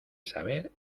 saber